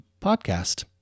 podcast